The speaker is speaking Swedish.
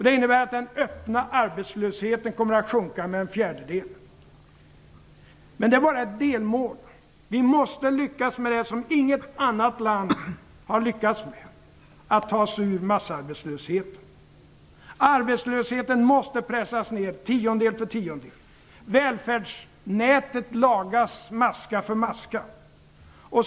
Det innebär att den öppna arbetslösheten kommer att sjunka med en fjärdedel. Men detta är bara ett delmål. Vi måste lyckas med att ta oss ur massarbetslösheten, något som inget annat land har lyckats med. Arbetslösheten måste pressas ned tiondel för tiondel. Välfärdsnätet måste lagas maska för maska.